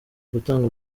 gutanga